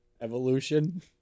Evolution